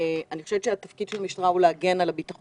אני חושבת שהתפקיד של המשטרה הוא להגן על הביטחון